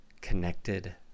connected